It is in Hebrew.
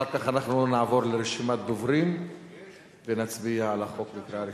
אחר כך אנחנו נעבור לרשימת דוברים ונצביע על החוק בקריאה ראשונה.